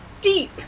deep